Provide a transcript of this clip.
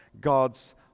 God's